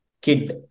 kid